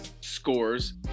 scores